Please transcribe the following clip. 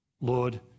lord